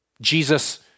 Jesus